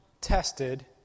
tested